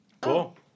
Cool